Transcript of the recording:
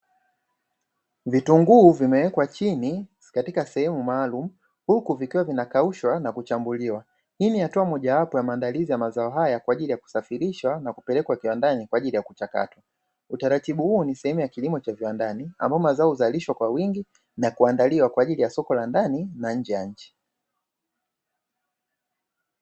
Vitunguu vimewekwa chini katika sehemu maalumu huku vikiwa vinakaushwa na kuchambuliwa. Hii ni hatua mojawapo ya maandalizi ya mazao hayo kwa ajili ya kusafirishwa na kupelekwa kiwandani kwa ajili ya kuchakatwa. Utaratibu huu ni sehemu ya kilimo cha viwandani, ambapo mazao huzalishwa kwa wingi na kuandaliwa kwa ajili ya soko la ndani na nje ya nchi.